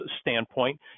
standpoint